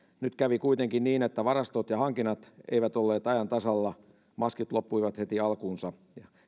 nyt kävi kuitenkin niin että varastot ja hankinnat eivät olleet ajan tasalla maskit loppuivat heti alkuunsa